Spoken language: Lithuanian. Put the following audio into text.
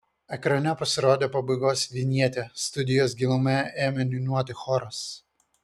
ekrane pasirodė pabaigos vinjetė studijos gilumoje ėmė niūniuoti choras